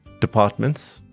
departments